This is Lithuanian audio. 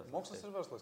mokslas ir verslas